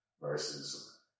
versus